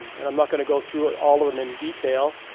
and i'm not gonna go through ah all of them in detail.